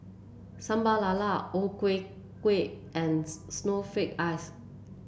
Sambal Lala O Ku Kueh and Snowflake Ice